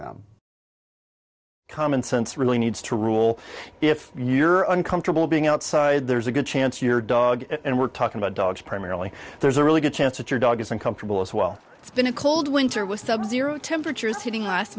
them common sense really needs to rule if you're uncomfortable being outside there's a good chance your dog and we're talking about dogs primarily there's a really good chance that your dog is uncomfortable as well it's been a cold winter with subzero temperatures hitting last